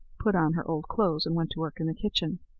put on her old clothes, and went to work in the kitchen.